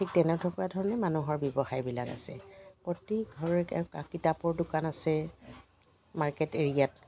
ঠিক তেনেকুৱা ধৰণে মানুহৰ ব্যৱসায়বিলাক আছে প্ৰতি ঘৰ কিতাপৰ দোকান আছে মাৰ্কেট এৰিয়াত